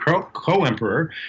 co-emperor